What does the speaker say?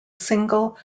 single